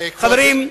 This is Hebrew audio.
חברים,